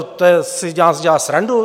To si z nás dělá srandu?